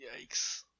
Yikes